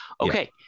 Okay